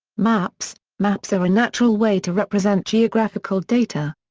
maps maps are a natural way to represent geographical data.